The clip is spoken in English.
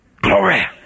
Glory